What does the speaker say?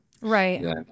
Right